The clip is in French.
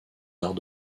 arts